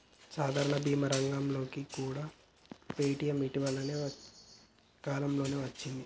సాధారణ భీమా రంగంలోకి కూడా పేటీఎం ఇటీవల కాలంలోనే వచ్చింది